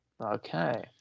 Okay